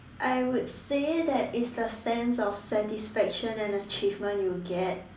I would say that is the sense of satisfaction and achievement you get